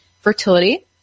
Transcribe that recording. fertility